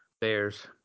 bears